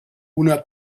una